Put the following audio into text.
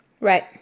Right